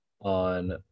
on